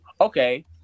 okay